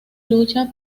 lucha